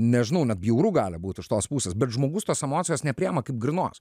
nežinau net bjauru gali būt iš tos pusės bet žmogus tos emocijos nepriima kaip grynos